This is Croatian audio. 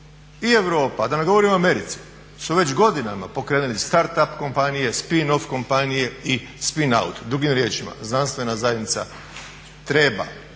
I Europa, da ne govorim o Americi, su već godinama pokrenuli start up kompanije, spin off kompanije i spin out. Drugim riječima, znanstvena zajednica treba